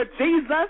Jesus